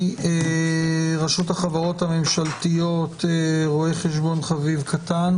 מרשות החברות הממשלתיות רואה חשבון חביב קטן,